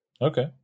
Okay